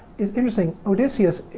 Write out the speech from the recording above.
it's interesting, odysseus,